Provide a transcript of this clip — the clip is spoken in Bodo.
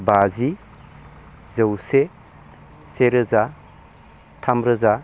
बाजि जौसे सेरोजा थामरोजा